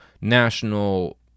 national